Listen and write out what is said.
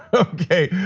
okay.